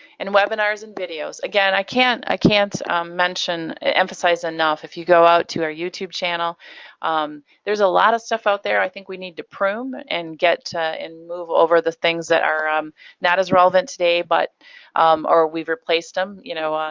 and webinars and videos. again, i can't i can't mention, emphasize enough, if you go out to our youtube channel there's a lot of stuff out there i think we need to prune and and move over the things that are um not as relevant today but or we've replaced them, you know,